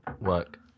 work